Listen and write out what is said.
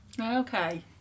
okay